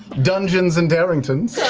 dungeons and darringtons.